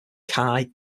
kai